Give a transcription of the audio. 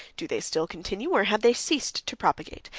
do they still continue, or have they ceased, to propagate?